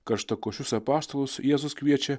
karštakošius apaštalus jėzus kviečia